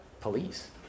Police